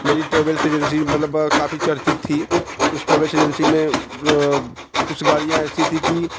मेरी travels agency मतलब काफ़ी चर्चित थी उस ट्रेवल्स एजेंसी में कुछ गाड़ियाँ ऐसी थी कि